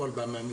הכל בא מהמדינה,